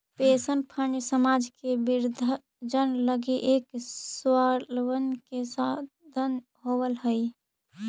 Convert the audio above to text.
pension fund समाज के वृद्धजन लगी एक स्वाबलंबन के साधन होवऽ हई